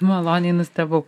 maloniai nustebau